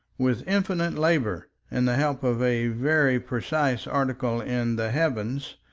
with infinite labor and the help of a very precise article in the heavens,